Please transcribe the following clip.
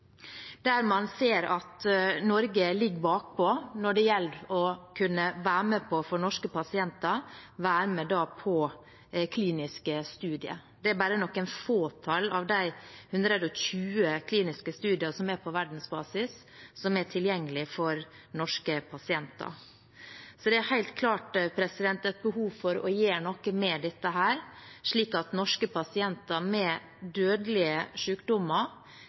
ser man at Norge ligger bakpå når det gjelder norske pasienters mulighet til å kunne være med i kliniske studier. Det er bare et fåtall av de 120 kliniske studiene som finnes på verdensbasis, som er tilgjengelige for norske pasienter. Så det er helt klart et behov for å gjøre noe med dette, slik at norske pasienter med dødelige